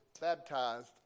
Baptized